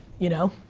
you know?